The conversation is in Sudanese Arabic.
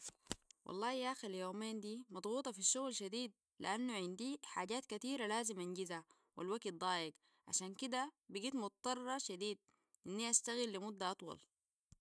والله ياخ اليومين دي مضغوطة في الشغل شديد لانو عندي حاجات كتير لازم انجزها والوقت ضايق عشان كده بقيت مضطرة شديد اني اشتغل لمدة اطول